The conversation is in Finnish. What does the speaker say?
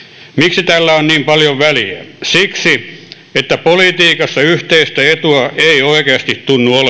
on niin paljon väliä siksi että politiikassa yhteistä etua ei oikeasti tunnu olevan on oma